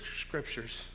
scriptures